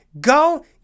go